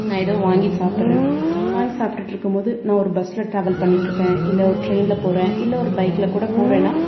நான் ஏதோ வாங்கி சாப்பிட்றேன் வாங்கி சாப்பிட்டுட்டு இருக்கும்போது நான் ஒரு பஸ்ஸில் டிராவல் பண்ணிவிட்டு இருக்கேன் இல்லை ஒரு டிரெயினில் போகிறேன் இல்லை ஒரு பைக்கில் கூட போகிறேன்னா